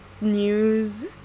news